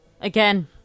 Again